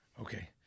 Okay